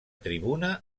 tribuna